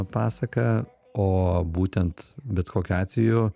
pasaka o būtent bet kokiu atveju